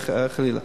חלילה,